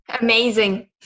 Amazing